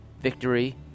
Victory